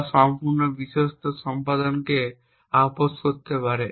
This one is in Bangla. বা সম্পূর্ণ বিশ্বস্ত সম্পাদনকে আপস করতে পারে